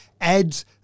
adds